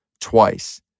twice